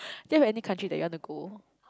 do you have any country that you want to go